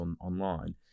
online